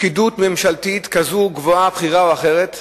פקידות ממשלתית גבוהה, בכירה או אחרת,